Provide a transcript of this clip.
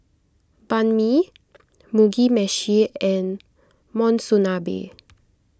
Banh Mi Mugi Meshi and Monsunabe